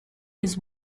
his